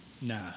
nah